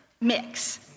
mix